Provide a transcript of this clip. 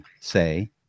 say